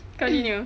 continue